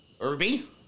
Irby